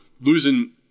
losing